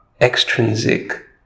extrinsic